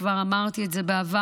כבר אמרתי את זה בעבר,